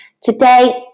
today